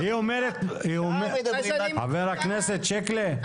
ח"כ שיקלי,